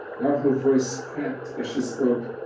now her voice cracked as she spoke.